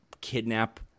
kidnap